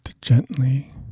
gently